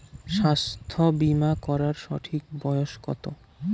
স্বাস্থ্য বীমা করার সঠিক বয়স কত?